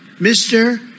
Mr